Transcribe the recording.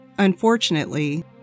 Unfortunately